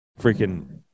freaking